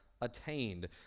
attained